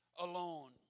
Alone